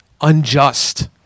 unjust